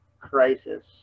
crisis